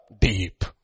deep